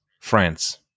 France